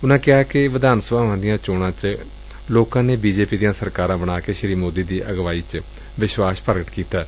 ਉਨੂਾਂ ਕਿਹਾ ਕਿ ਵਿਧਾਨ ਸਭਾਵਾਂ ਦੀਆਂ ਚੋਣਾਂ ਚ ਲੋਕਾਂ ਨੇ ਬੀ ਜੇ ਪੀ ਦੀਆਂ ਸਰਕਾਰਾਂ ਬਣਾ ਕੇ ਸ੍ਸੀ ਮੋਦੀ ਦੀ ਅਗਵਾਈ ਵਿਸ਼ਵਾਸ ਪ੍ਰਗਟ ਕੀਤੈ